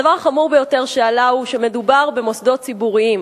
הדבר החמור ביותר שעלה הוא שמדובר במוסדות ציבוריים,